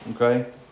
Okay